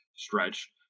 stretch